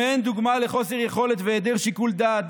במעין דוגמה לחוסר יכולת והיעדר שיקול דעת,